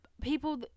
People